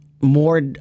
more